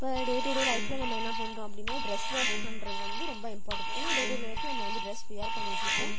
இப்போ day to day லைஃபில் நம்ம என்ன பண்ணுறோம் அப்படின்னா டிரெஸ் வாஷ் பண்ணுறது வந்து ரொம்ப இம்பார்ட்டண்ட் ஏன்னா டே டூ டே லைஃபில் நம்ம வந்து டிரெஸ் வியர் பண்ணிட்டுருக்கோம்